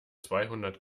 zweihundert